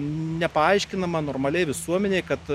nepaaiškinama normaliai visuomenei kad